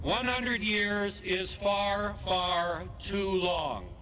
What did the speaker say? one hundred years is far far too long